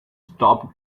stopped